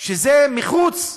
שהן מחוץ לגושים,